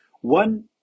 One